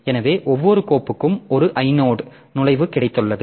எனவே ஒவ்வொரு கோப்புக்கும் ஒரு ஐனோட் நுழைவு கிடைத்துள்ளது